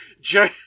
Joe